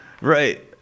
Right